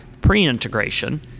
pre-integration